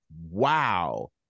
wow